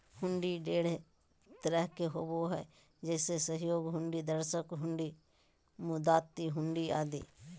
हुंडी ढेर तरह के होबो हय जैसे सहयोग हुंडी, दर्शन हुंडी, मुदात्ती हुंडी आदि